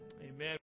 Amen